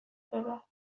ببر